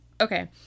Okay